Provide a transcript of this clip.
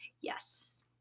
yes